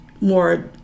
more